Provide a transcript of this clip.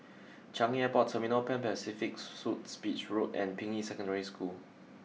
Changi Airport Terminal Pan Pacific Suites Beach Road and Ping Yi Secondary School